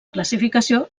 classificació